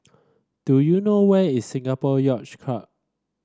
do you know where is Singapore Yacht Club